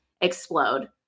explode